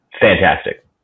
Fantastic